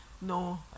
no